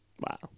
Wow